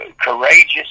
courageous